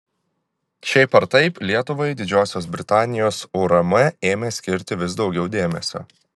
šiaip ar taip lietuvai didžiosios britanijos urm ėmė skirti vis daugiau dėmesio